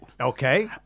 Okay